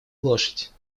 лошадь